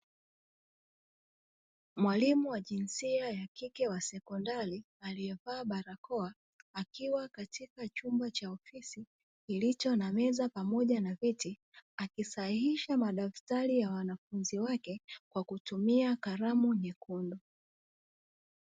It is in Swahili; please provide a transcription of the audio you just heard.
Mwalimu wa jinsia ya kike wa sekondari aliyevaa barakoa, akiwa katika chumba cha ofisi kilicho na meza pamoja na viti akisahihisha madaftari ya wanafunzi wake kwa kutumia kalamu nyekundu.